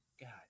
God